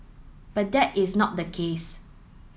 but that is not the case